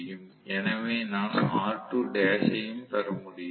எனவே நான் யும் பெற முடியும்